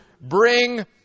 bring